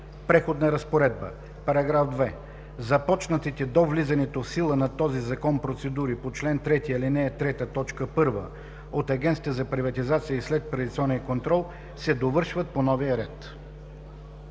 „Преходна разпоредба § 2. Започнатите до влизането в сила на този закон процедури по чл. 3, ал. 3, т. 1 от Агенцията за приватизация и следприватизационен контрол се довършват по новия ред.“